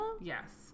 Yes